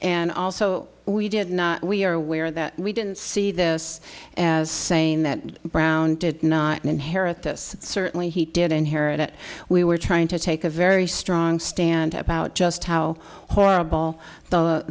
and also we did not we are aware that we didn't see this as saying that brown did not inherit this certainly he did inherit it we were trying to take a very strong stand about just how horrible